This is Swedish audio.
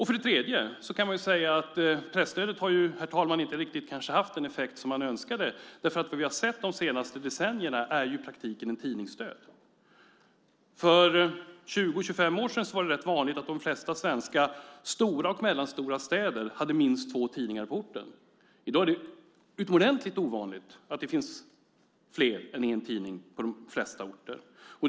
För det tredje kan man säga att presstödet, herr talman, kanske inte riktigt har haft önskad effekt. Vad vi sett under de senaste decennierna är ju i praktiken en tidningsdöd. För 20-25 år sedan var det rätt vanligt att de flesta svenska stora och mellanstora städerna hade minst två ortstidningar. I dag är det utomordentligt ovanligt på de flesta orter att det finns mer än en tidning.